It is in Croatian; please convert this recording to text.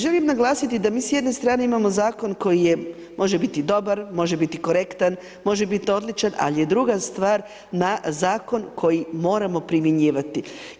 Želim naglasiti da mi s jedne strane imamo Zakon koji može biti dobar, može biti korektan, može biti odličan, ali je druga stvar na zakon koji moramo primjenjivati.